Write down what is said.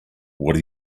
what